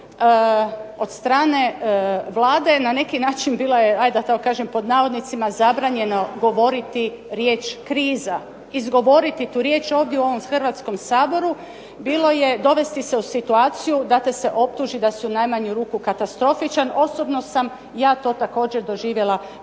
od strane Vlade na neki način bila je da tako kažem "zabranjeno" govoriti riječ "kriza". Izgovoriti tu riječ ovdje u ovom Hrvatsku saboru bilo je dovesti se u situaciju da te se optuži da si u najmanju ruku katastrofičan. Osobno sam ja to također doživjela od